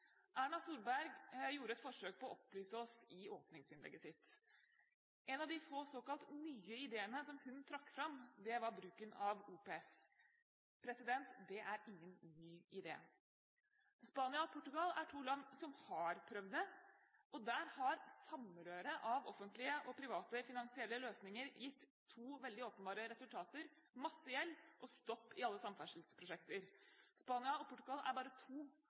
Erna Solberg gjorde et forsøk på å opplyse oss i åpningsinnlegget sitt. En av de få såkalt nye ideene som hun trakk fram, var bruken av OPS. Det er ingen ny idé. Spania og Portugal er to land som har prøvd det, og der har samrøret av offentlige og private finansielle løsninger gitt to veldig åpenbare resultater: masse gjeld og stopp i alle samferdselsprosjekter. Spania og Portugal er bare to